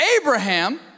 Abraham